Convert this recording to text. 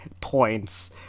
points